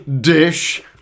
Dish